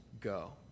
go